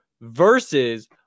versus